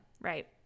right